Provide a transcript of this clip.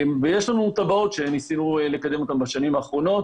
ויש לנו תב"עות שניסינו לקדם בשנים האחרונות,